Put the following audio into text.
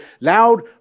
loud